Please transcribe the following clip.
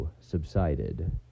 subsided